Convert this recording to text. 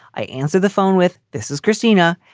i answer the phone with this is christina.